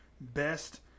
best